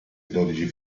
dodici